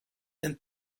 and